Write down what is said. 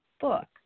book